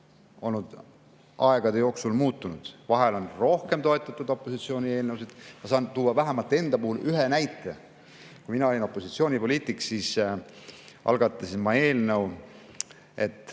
on aegade jooksul muutunud. Vahel on rohkem toetatud opositsiooni eelnõusid. Ma saan tuua vähemalt enda puhul ühe näite. Kui mina olin opositsioonipoliitik, siis ma algatasin eelnõu